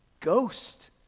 ghost